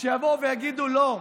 שיבואו ויגידו: לא,